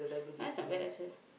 that one is not bad also